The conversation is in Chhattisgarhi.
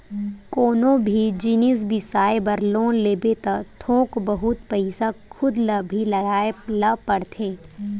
कोनो भी जिनिस बिसाए बर लोन लेबे त थोक बहुत पइसा खुद ल भी लगाए ल परथे